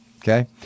Okay